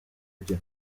bye